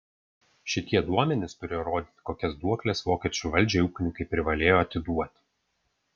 šitie duomenys turėjo rodyti kokias duokles vokiečių valdžiai ūkininkai privalėjo atiduoti